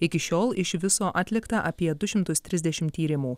iki šiol iš viso atlikta apie du šimtus trisdešimt tyrimų